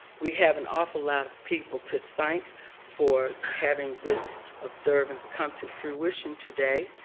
we have an awful lot of people to thank for having this observance come to fruition today.